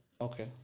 okay